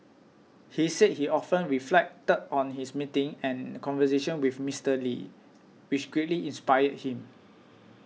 he said he often reflected on his meetings and conversations with Mister Lee which greatly inspired him